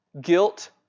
Guilt